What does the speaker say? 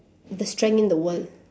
the strength in the world